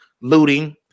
looting